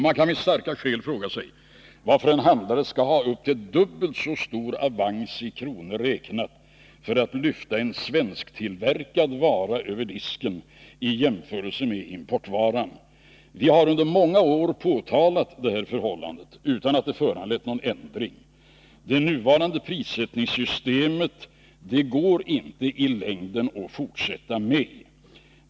Man kan med starka skäl fråga sig varför en handlare skall ha dubbelt så stor avans i kronor räknat för att lyfta en svensktillverkad vara över disken i jämförelse med påslaget på importvaran. Vi har under många år påtalat detta förhållande utan att det har föranlett någon ändring. Det går inte att i längden fortsätta med det nuvarande prissättningssystemet.